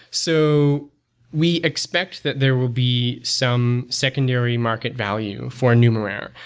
so we expect that there will be some secondary market value for numerair,